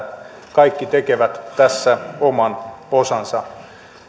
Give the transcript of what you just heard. kaikki tekevät tässä oman osansa